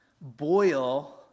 boil